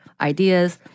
ideas